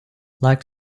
like